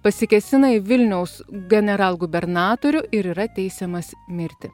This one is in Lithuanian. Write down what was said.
pasikėsina į vilniaus generalgubernatorių ir yra teisiamas mirti